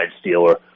stealer